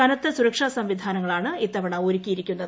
കനത്ത സുരക്ഷാ സംവിധാനങ്ങളാണ് ഇത്തവണ ഒരുക്കിയിരിക്കുന്നത്